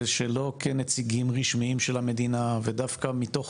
זה שלא כנציגים רשמיים של המדינה, ודווקא מתוך